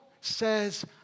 says